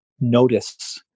notice